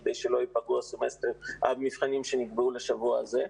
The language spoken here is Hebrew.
כדי שלא ייפגעו המבחנים שנקבעו לשבוע הזה,